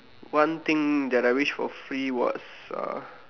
one thing that I wish for free was uh